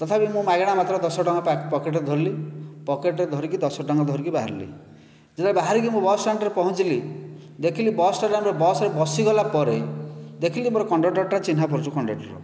ତଥାପି ମୁଁ ମାଗଣା ମାତ୍ର ଦଶ ଟଙ୍କା ପକେଟ୍ ରେ ଧରିଲି ପକେଟ୍ ରେ ଧରିକି ଦଶ ଟଙ୍କା ଧରିକି ବାହାରିଲି ଯେତେବେଳେ ବାହାରିକି ମୁଁ ବସ୍ ଷ୍ଟାଣ୍ଡରେ ପହଞ୍ଚିଲି ଦେଖିଲି ବସ୍ ଷ୍ଟାଣ୍ଡରେ ବସ୍ ରେ ବସିଗଲା ପରେ ଦେଖିଲି କଣ୍ଡକ୍ଟର୍ ଟା ମୋର ଚିହ୍ନାପରିଚ କଣ୍ଡକ୍ଟର୍